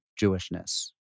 Jewishness